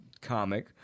comic